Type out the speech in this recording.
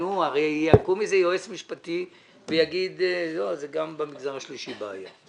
הרי יקום איזה יועץ משפטי ויגיד שגם במגזר השלישי יש בעיה.